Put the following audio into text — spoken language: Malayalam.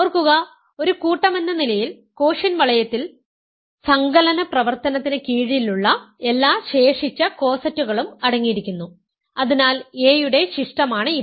ഓർക്കുക ഒരു കൂട്ടമെന്ന നിലയിൽ കോഷ്യന്റ് വളയത്തിൽ സങ്കലന പ്രവർത്തനത്തിന് കീഴിലുള്ള എല്ലാ ശേഷിച്ച കോസറ്റുകളും അടങ്ങിയിരിക്കുന്നു അതിനാൽ a യുടെ ശിഷ്ടമാണ് ഇത്